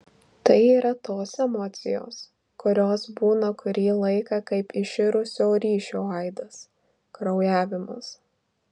tai yra tos emocijos kurios būna kurį laiką kaip iširusio ryšio aidas kraujavimas